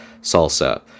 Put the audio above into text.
salsa